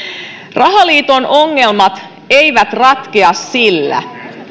rahaliiton ongelmat eivät ratkea sillä